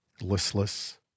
listless